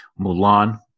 Mulan